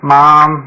mom